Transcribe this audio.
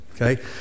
Okay